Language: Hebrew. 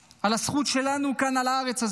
על הזכות שלנו כאן על הארץ הזאת.